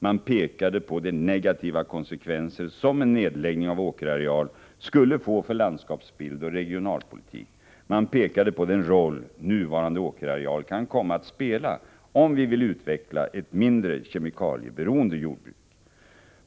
Man pekade på de negativa konsekvenser som en nedläggning av åkerareal skulle få för landskapsbild och regionalpolitik. Man pekade på den roll nuvarande åkerareal kan komma att spela om vi vill utveckla ett mindre kemikalieberoende jordbruk.